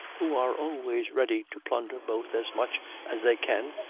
who are always ready to plunder both as much as they can,